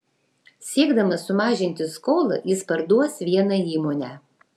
siekdamas sumažinti skolą jis parduos vieną įmonę